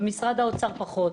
במשרד האוצר פחות.